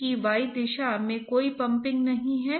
क्योंकि इसका उद्देश्य dT को dy द्वारा ज्ञात करना है